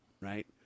right